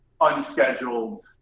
unscheduled